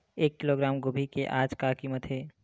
एक किलोग्राम गोभी के आज का कीमत हे?